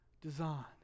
design